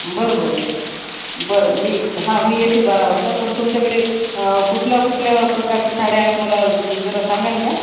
बरं बरं बरं बरं मी हां मी येते बारा वाजता पण तुमच्याकडे कुठल्या कुठल्या प्रकारचे साड्या आहेत मला जरा सांगाल का